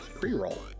pre-roll